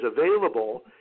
available